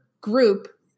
group